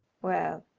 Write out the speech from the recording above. well,